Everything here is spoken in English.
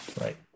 Right